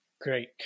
Great